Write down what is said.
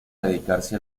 dedicarse